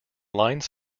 line